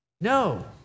No